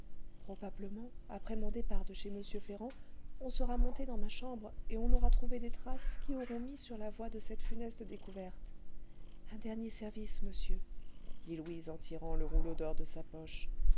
probablement après mon départ de chez m ferrand on sera monté dans ma chambre et on aura trouvé des traces qui auront mis sur la voie de cette funeste découverte un dernier service monsieur dit louise en tirant le rouleau d'or de sa poche